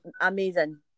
amazing